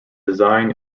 design